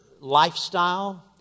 lifestyle